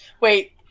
Wait